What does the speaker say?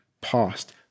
past